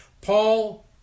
Paul